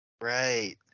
Right